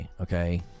okay